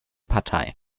partei